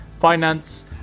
finance